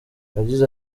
yagize